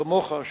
כמוך,